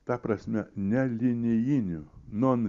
ta prasme ne linijiniu non